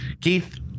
Keith